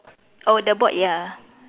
oh the board ya